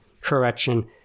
Correction